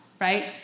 right